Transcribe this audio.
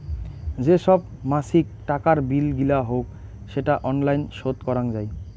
যে সব মাছিক টাকার বিল গিলা হউক সেটা অনলাইন শোধ করাং যাই